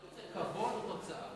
אתה רוצה כבוד או תוצאה?